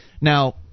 Now